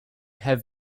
have